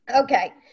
Okay